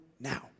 now